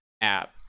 app